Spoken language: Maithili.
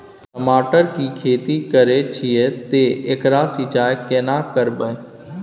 टमाटर की खेती करे छिये ते एकरा सिंचाई केना करबै?